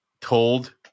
told